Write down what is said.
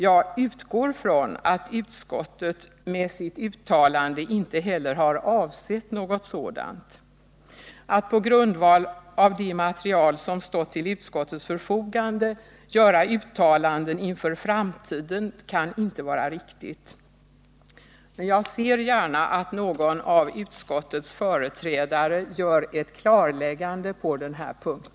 Jag utgår ifrån att utskottet med sitt uttalande inte heller har avsett något sådant. Att på grundval av det material som stått till utskottets förfogande göra uttalanden inför framtiden kan inte vara riktigt. Jag ser gärna att någon av utskottets företrädare gör ett klarläggande på denna punkt.